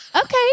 okay